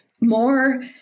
more